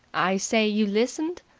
i say, you listened?